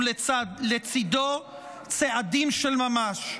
ולצידו צעדים של ממש.